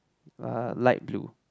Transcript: uh light blue